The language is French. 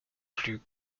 plus